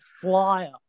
flyer